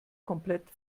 komplett